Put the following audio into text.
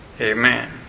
Amen